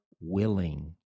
willing